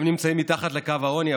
הם נמצאים מתחת לקו העוני,